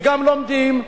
וגם לומדים,